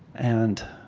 and